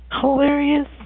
hilarious